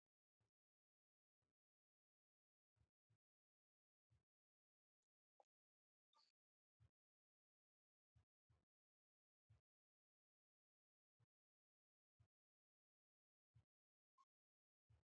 Huyu ni mama.